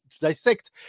dissect